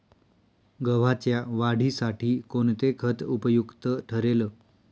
गव्हाच्या वाढीसाठी कोणते खत उपयुक्त ठरेल?